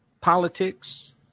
Politics